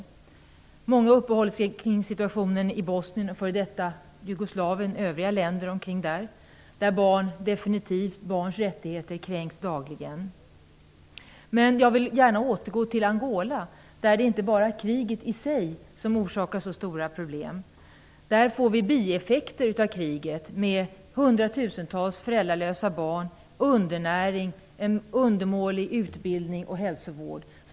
Många talare uppehåller sig kring situationen i Bosnien och f.d. Jugoslavien, där barn och barns rättigheter definitivt kränks dagligen. Jag vill gärna återgå till Angola, där inte bara kriget i sig orsakar stora problem. Där är bieffekter av kriget hundratusentals föräldralösa barn, undernäring och undermålig utbildning och hälsovård.